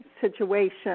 situation